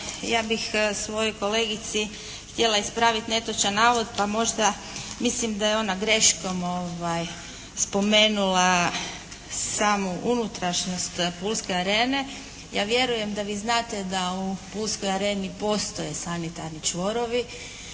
ja bih svojoj kolegici htjela ispraviti netočan navod. Mislim da je ona greškom spomenula samo unutrašnjost pulske Arene. Ja vjerujem da vi znate da u pulskoj Areni postoje sanitarni čvorovi